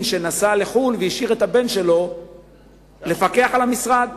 שנסע לחו"ל והשאיר את הבן שלו לפקח על המשרד.